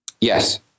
Yes